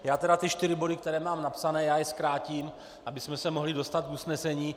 Já tedy ty čtyři body, které mám napsané, zkrátím, abychom se mohli dostat k usnesení.